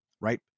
Right